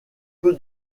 peu